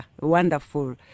wonderful